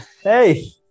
Hey